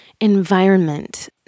environment